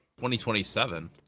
2027